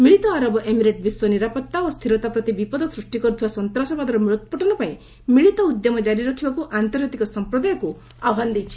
ମିଳିତ ଆରବ ଏମିରେଟ୍ ବିଶ୍ୱ ନିରାପଭା ଓ ସ୍ଥିରତା ପ୍ରତି ବିପଦ ସୃଷ୍ଟି କରିଥିବା ସନ୍ତ୍ରାସବାଦର ମୂଳୋତ୍ପାଟନ ପାଇଁ ମିଳିତ ଉଦ୍ୟମ ଜାରି ରଖିବାକୁ ଆନ୍ତର୍ଜାତିକ ସଂପ୍ରଦାୟକୁ ଆହ୍ୱାନ ଦେଇଛି